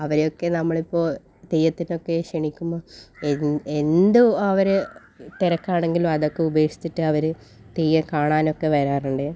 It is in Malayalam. അവരെയൊക്കെ നമ്മളിപ്പോൾ തെയ്യത്തിനൊക്കെ ക്ഷണിക്കുമ്പോൾ എന്ത് അവർ തിരക്കാണെങ്കിലും അതൊക്കെ ഉപക്ഷിച്ചിട്ട് അവർ തെയ്യം കാണാനൊക്കെ വരാറു ണ്ട്